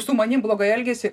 su manimi blogai elgiasi